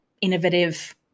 innovative